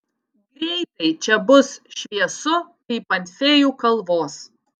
greitai čia bus šviesu kaip ant fėjų kalvos